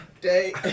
day